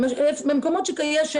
במקומות שיש שטח בנוי.